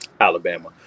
Alabama